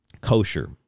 kosher